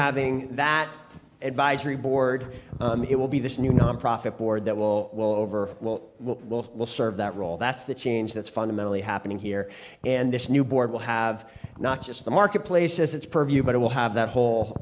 having that advisory board it will be this new nonprofit board that will will over will will will serve that role that's the change that's fundamentally happening here and this new board will have not just the marketplace as it's purview but it will have that whole